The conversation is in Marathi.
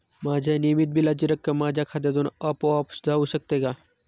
माझ्या नियमित बिलाची रक्कम माझ्या खात्यामधून आपोआप जाऊ शकते का?